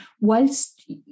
whilst